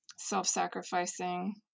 self-sacrificing